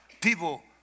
people